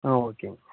ஆ okay